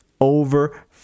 Over